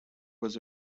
was